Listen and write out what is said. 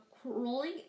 crawling